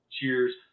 cheers